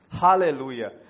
hallelujah